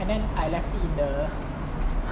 and then I left it in the